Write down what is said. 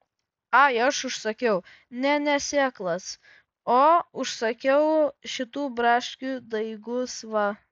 ai aš užsakiau ne ne sėklas o užsakiau šitų braškių daigus va